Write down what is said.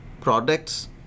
products